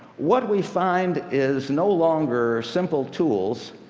what we find is, no longer simple tools,